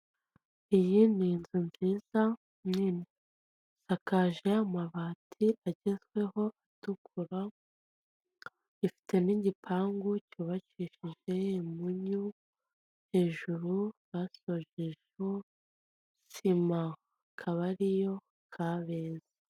Iyi ni inzu nziza nini isakaje amabati agezweho atukura ifite n'igipangu cyubakishijeje imunyu hejuru basojejeho sima akaba ari iyo Kabeza.